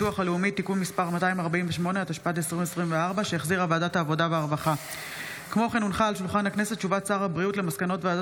התשפ"ד / 28 ביולי 2024 / 38 חוברת ל"ח ישיבה קצ"ח